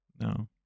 no